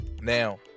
now